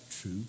true